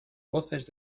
voces